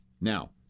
Now